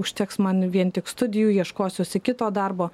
užteks man vien tik studijų ieškosiuosi kito darbo